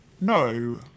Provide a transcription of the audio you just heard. no